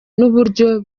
n’uburyo